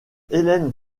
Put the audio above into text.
helen